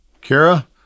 Kara